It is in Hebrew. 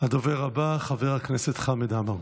הדובר הבא, חבר הכנסת חמד עמאר.